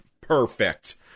Perfect